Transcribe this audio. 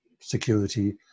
security